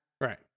Right